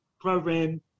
program